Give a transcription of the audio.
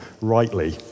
rightly